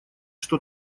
что